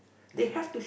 correct